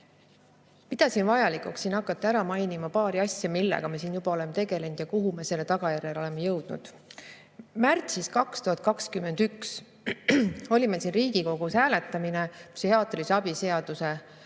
Pidasin vajalikuks siin hakata ära mainima paari asja, millega me siin juba oleme tegelenud ja kuhu me selle tagajärjel oleme jõudnud. Märtsis 2021 oli meil siin Riigikogus psühhiaatrilise abi seaduse